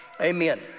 Amen